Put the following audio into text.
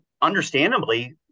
understandably